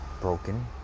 broken